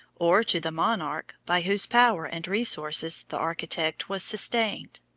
or to the monarch by whose power and resources the architect was sustained.